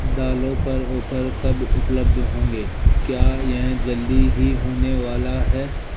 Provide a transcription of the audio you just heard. दालों पर ऑफ़र कब उपलब्ध होंगे क्या यह जल्दी ही होने वाला है